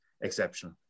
exceptional